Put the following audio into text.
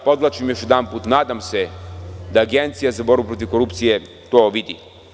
Podvlačim još jedanput – nadam se da Agencija za borbu protiv korupcije to vidi.